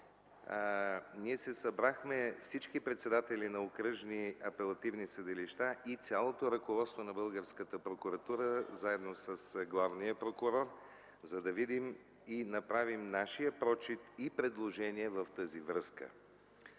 ние се събрахме, всички председатели на окръжни апелативни съдилища и цялото ръководство на българската Прокуратура, заедно с главния прокурор, за да видим и направим нашия прочит и предложение в тази връзка.